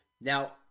Now